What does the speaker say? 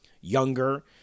younger